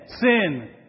sin